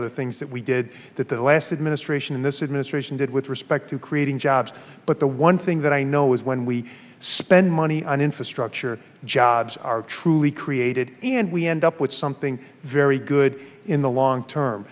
other things that we did that the last administration in this administration did with respect to creating jobs but the one thing that i know is when we spend money on infrastructure jobs are truly created and we end up with something very good in the long term